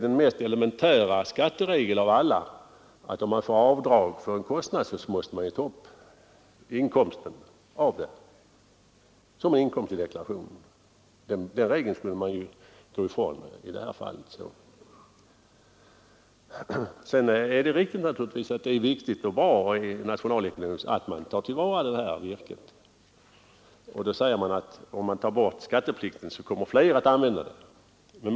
Den mest elementära skatteregeln av alla är att om man får göra avdrag för en kostnad, måste man också ta upp den inkomst som den avser som en inkomst i deklarationen. Den regeln skulle man ju gå ifrån i detta fall. Det är naturligtvis riktigt att det nationalekonomiskt är fördelaktigt om det virke det gäller tillvaratas. Det framhålls därför också att om skatteplikten avskaffas, kommer fler att tillvarata detta bränsle.